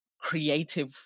creative